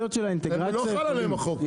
זה לא חל עליהם החוק.